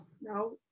No